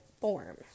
form